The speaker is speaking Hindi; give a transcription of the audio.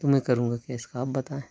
मैं करूंगा क्या इसका आप बताऐं